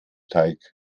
teig